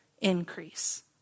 increase